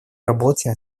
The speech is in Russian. работе